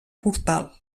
portal